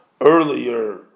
earlier